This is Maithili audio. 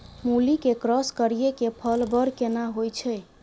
मूली के क्रॉस करिये के फल बर केना होय छै?